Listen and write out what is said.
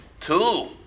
Two